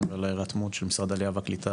וההירתמות של משרד העלייה והקליטה,